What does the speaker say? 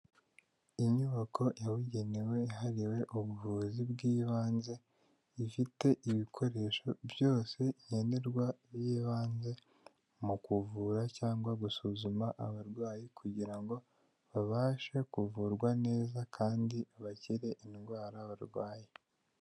Inyubako yabugenewe yahariwe ubuvuzi bw'ibanze, ifite ibikoresho byose igenerwa by'ibanze mu kuvura cyangwa gusuzuma abarwayi kugira ngo babashe kuvurwa neza kandi bakire indwara barwaye.